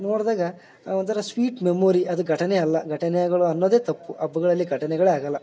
ನೋಡ್ದಾಗ ಒಂಥರ sweet memory ಅದು ಘಟನೆ ಅಲ್ಲ ಘಟನೆಗಳು ಅನ್ನೋದೇ ತಪ್ಪು ಹಬ್ಗಳಲ್ಲಿ ಘಟನೆಗಳೇ ಆಗೋಲ್ಲ